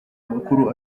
amakuru